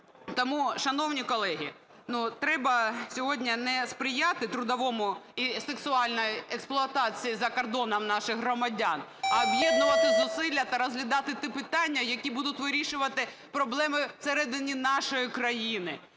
Тому, шановні колеги, треба сьогодні не сприяти трудовій і сексуальній експлуатації за кордоном наших громадян, а об'єднувати зусилля та розглядати ті питання, які будуть вирішувати проблеми всередині нашої країни.